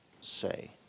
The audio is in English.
say